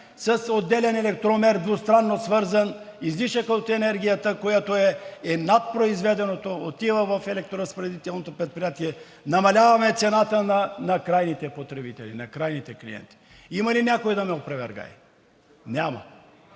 с отделен електромер – двустранно свързан, излишъкът от енергията, който е над произведеното, отива в електроразпределителното предприятие и намаляваме цената на крайните потребители – на крайните клиенти. Има ли някой да ме опровергае? Няма.